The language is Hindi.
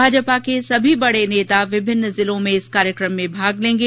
भाजपा के सभी बड़े नेता विभिन्न जिलों में इस कार्यक्रम में भाग लेंगे